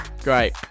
Great